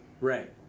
Right